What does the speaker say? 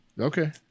okay